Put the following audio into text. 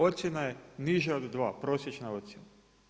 Ocjena je niža od 2, prosječna ocjena.